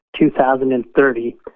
2030